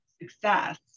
success